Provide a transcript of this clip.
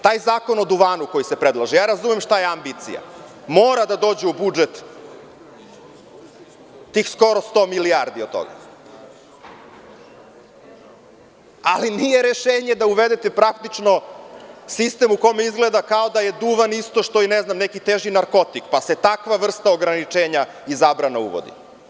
Taj zakon o duvanu koji se predlaže, ja razumem šta je ambicija, mora da dođe u budžet skoro 100 milijardi od toga, ali nije rešenje da uvedete praktično sistem u kojem izgleda kao da je duvan neki teži narkotik, pa se takva vrsta ograničenja i zabrana uvodi.